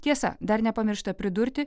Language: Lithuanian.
tiesa dar nepamiršta pridurti